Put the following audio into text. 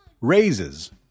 raises